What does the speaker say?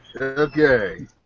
Okay